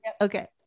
Okay